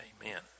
Amen